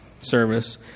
service